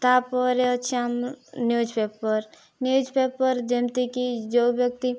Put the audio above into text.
ତା'ପରେ ଅଛି newspaper newspaper ଯେମିତିକି ଯୋଉ ବ୍ୟକ୍ତି